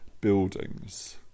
buildings